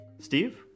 Steve